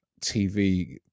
TV